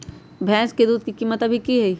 भैंस के दूध के कीमत अभी की हई?